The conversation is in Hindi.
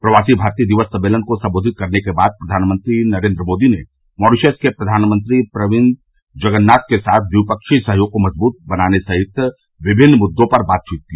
प्रवासी भारतीय दिवस सम्मेलन को संबोधित करने के बाद प्रधानमंत्री नरेन्द्र मोदी ने मॉरीशस के प्रधानमंत्री प्रविंद जगन्नाथ के साथ द्विपक्षीय सहयोग को मजबूत बनाने सहित विभिन्न मुद्रों पर बातचीत की